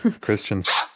Christians